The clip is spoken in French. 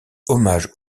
hommage